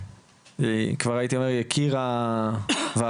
כבר הייתי אומר יקיר הוועדה.